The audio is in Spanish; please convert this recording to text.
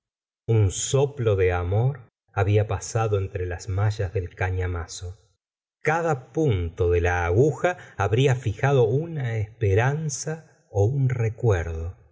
un soplo de amor había pasado entre las mallas del cañamazo cada punto de la aglija habría fijado una esperanza un recuerdo